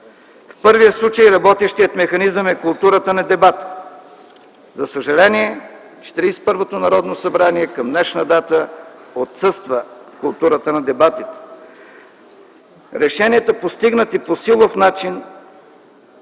В първия случай работещият механизъм е културата на дебата. За съжаление, в Четиридесет и първото Народно събрание към днешна дата отсъства културата на дебатите. Решенията, постигнати по силов начин,